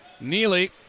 Neely